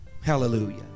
hallelujah